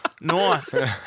Nice